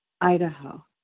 Idaho